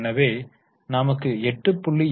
எனவே நமக்கு 8